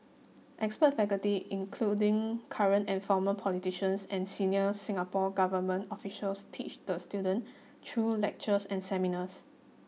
expert faculty including current and former politicians and senior Singapore government officials teach the student through lectures and seminars